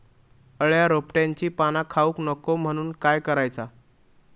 अळ्या रोपट्यांची पाना खाऊक नको म्हणून काय करायचा?